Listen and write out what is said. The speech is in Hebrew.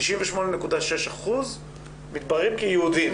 98.6% מתבררים כיהודים.